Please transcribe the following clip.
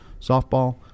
softball